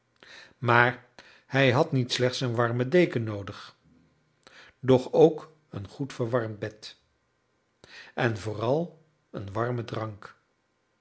maar hij had niet slechts een warme deken noodig doch ook een goed verwarmd bed en vooral een warmen drank